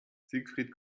siegfried